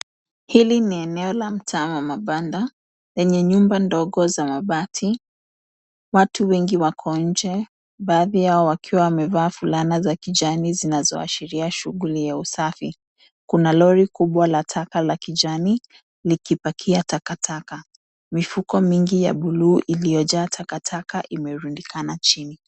Hili ni eneo la mtaa wa mabanda yenye nyumba ndogo za mabati. Watu wengi wako nje, baadhi yao wakiwa wamevaa fulana za kijani zinazoashiria shughuli ya usafi. Kuna lori kubwa la taka la kijani likipakia takataka. Mifuko mingi ya buluu iliyojaa takataka imerundikana chini.